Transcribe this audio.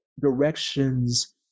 directions